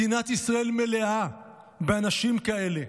מדינת ישראל מלאה באנשים כאלה.